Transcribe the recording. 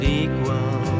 equal